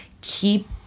keep